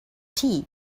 tea